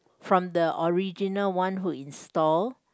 from the original one who install